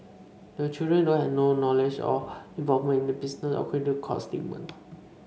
the children though had no knowledge or involvement in the business according to court statement